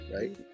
right